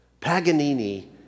Paganini